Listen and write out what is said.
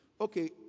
okay